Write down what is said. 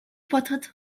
бодоход